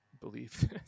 believe